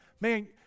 man